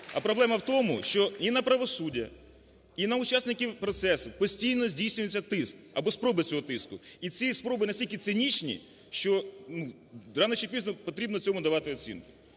а проблема в тому, що і на правосуддя, і на учасників процесу постійно здійснюється тиск або спроби цього тиску. І ці спроби настільки цинічні, що рано чи пізно потрібно цьому давати оцінку.